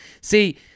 See